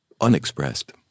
unexpressed